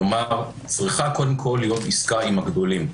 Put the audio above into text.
כלומר: צריכה קודם כל להיות עסקה עם הגדולים.